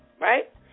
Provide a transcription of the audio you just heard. right